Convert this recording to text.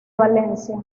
valencia